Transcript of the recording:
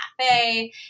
cafe